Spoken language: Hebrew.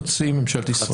חצי ממשלת ישראל,